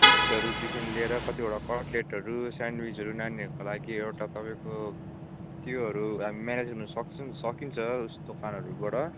सुइट्सहरूदेखि लिएर कतिवटा कटलेटहरू सेन्डविचहरू नानीहरूको लागि एउटा तपाईँको त्योहरू म्यानेज गर्नु सक्छन् सकिन्छ उस दोकानहरूबाट